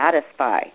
satisfy